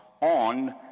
on